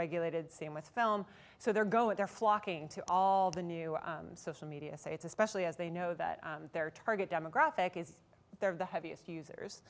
regulated same with film so they're going they're flocking to all the new social media say it's especially as they know that their target demographic is they're the heaviest users